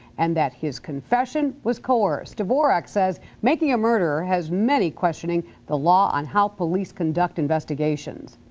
and that his confession was coerce dvorak says making a murdere has many questioning the law on how police conduct investigations